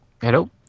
Hello